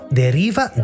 deriva